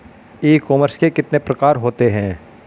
ई commerce के कितने प्रकार होते हैं?